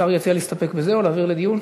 השר יציע להסתפק בזה, או להעביר לדיון?